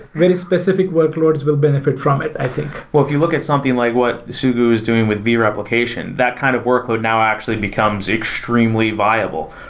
very specific workloads will benefit from it i think well, if you look at something like what sugu is doing with vreplication, that kind of workload now actually becomes extremely viable.